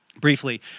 briefly